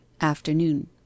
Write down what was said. AFTERNOON